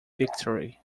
victory